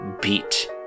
beat